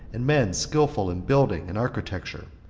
and men skillful in building and architecture,